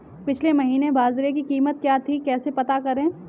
पिछले महीने बाजरे की कीमत क्या थी कैसे पता करें?